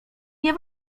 nie